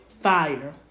fire